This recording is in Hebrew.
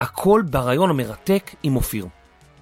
הכל בריאיון המרתק אם אופיר.